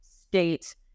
State